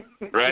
Right